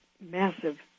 massive